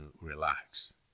relax